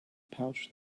pouch